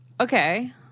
Okay